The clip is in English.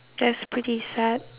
that's pretty sad